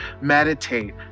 Meditate